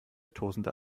tosender